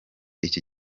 iki